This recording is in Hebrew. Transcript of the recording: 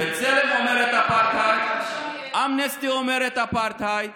בצלם אומר אפרטהייד, אמנסטי אומר אפרטהייד,